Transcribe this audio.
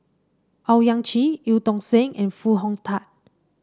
Owyang Chi Eu Tong Sen and Foo Hong Tatt